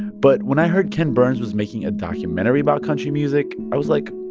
but when i heard ken burns was making a documentary about country music, i was like,